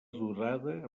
durada